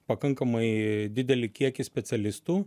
pakankamai didelį kiekį specialistų